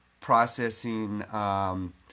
processing